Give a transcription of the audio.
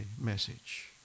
message